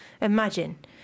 Imagine